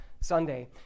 Sunday